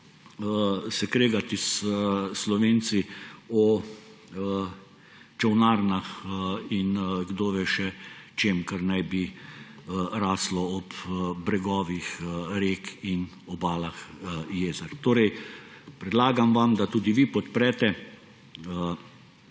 kregati s Slovenci o čolnarnah in kdove še čem, kar naj bi rastlo ob bregovih rek in obalah jezer. Predlagam vam, da tudi vi podprete,